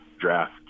draft